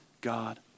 God